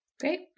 Great